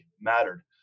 mattered